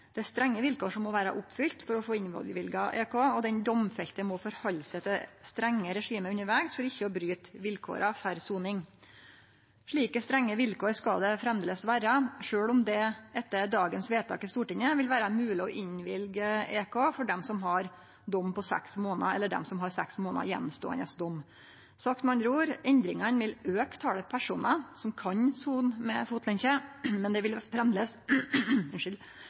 er strenge vilkår som må vere oppfylte for å få innvilga EK, og den domfelte må rette seg etter eit strengt regime undervegs for ikkje å bryte vilkåra for soning. Slike strenge vilkår skal det framleis vere, sjølv om det etter dagens vedtak i Stortinget vil vere mogleg å innvilge EK for dei som har ein dom på seks månader, eller dei som har seks månaders attståande dom. Sagt med andre ord: Endringane vil auke talet på personar som kan sone med fotlenkje, men det vil